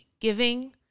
giving